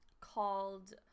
called